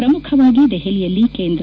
ಪ್ರಮುಖವಾಗಿ ದೆಹಲಿಯಲ್ಲಿ ಕೇಂದ್ರ